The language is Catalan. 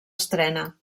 estrena